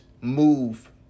move